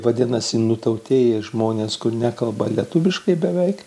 vadinasi nutautėję žmonės kur nekalba lietuviškai beveik